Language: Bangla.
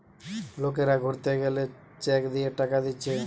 লোকরা ঘুরতে গেলে চেক দিয়ে টাকা দিচ্ছে